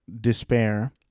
despair